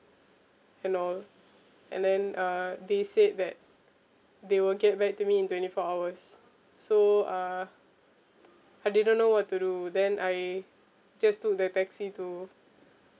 and all and then uh they said that they will get back to me in twenty four hours so uh I didn't know what to do then I just took the taxi to